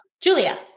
Julia